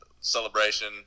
celebration